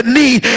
need